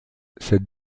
cette